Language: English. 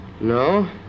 No